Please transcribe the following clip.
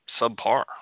subpar